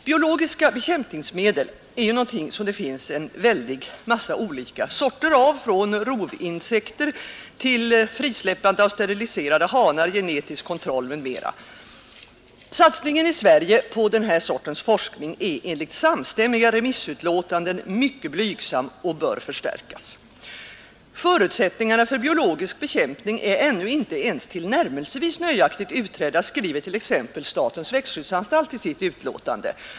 Biologiska bekämpningsmedel finns det av en väldig massa olika slag från rovinsekter till frisläppande av steriliserade hanar och genetisk kontroll. Satsningen i Sverige på den här sortens forskning är enligt samstämmiga remissutlåtanden mycket blygsam och bör förstärkas. Förutsättningarna för biologisk bekämpning är ännu inte ens till närmelsevis nöjaktigt utredda, skriver t.ex. statens växtskyddsanstalt i sitt utlåtande.